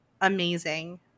amazing